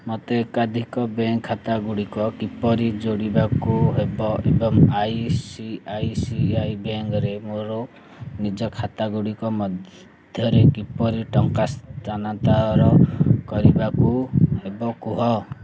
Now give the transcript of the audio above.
ମୋତେ ଏକାଧିକ ବ୍ୟାଙ୍କ ଖାତାକୁ କିପରି ଯୋଡ଼ିବାକୁ ହେବ ଏବଂ I C I C I ବ୍ୟାଙ୍କରେ ମୋର ନିଜ ଖାତା ଗୁଡ଼ିକ ମଧ୍ୟରେ କିପରି ଟଙ୍କା ସ୍ଥାନାନ୍ତରିତ କରିବାକୁ ହେବ କୁହ